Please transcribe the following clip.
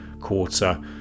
quarter